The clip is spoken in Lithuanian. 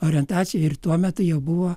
orientacija ir tuomet jau buvo